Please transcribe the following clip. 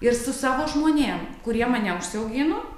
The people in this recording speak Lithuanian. ir su savo žmonėm kurie mane užsiaugino